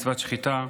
מצוות שחיטה,